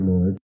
Lord